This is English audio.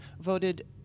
voted